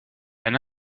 elle